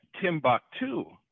Timbuktu